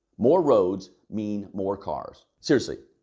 more roads means more cars. seriously,